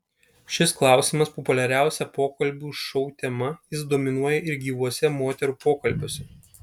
šis klausimas populiariausia pokalbių šou tema jis dominuoja ir gyvuose moterų pokalbiuose